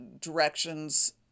directions